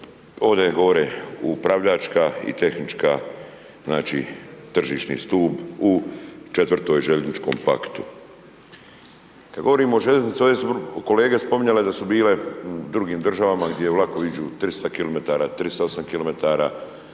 Ovdje je gore upravljačka i tehnička znači tržišni stup u 4 željezničkom paktu. Kada govorimo o željeznici, ovdje su kolege spominjale da su bile u drugim državama gdje vlakovi iđu 300 kilometara,